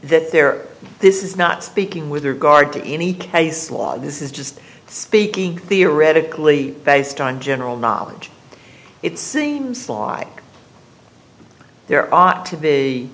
that there this is not speaking with regard to any case law this is just speaking theoretically based on general knowledge it seems like there ought to be